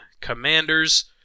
Commanders